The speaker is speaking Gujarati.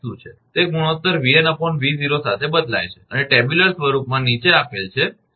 તે ગુણોત્તર 𝑉𝑛 𝑉0 સાથે બદલાય છે અને ટેબ્યુલર સ્વરૂપમાં નીચે આપેલ છે હું તમને બતાવીશ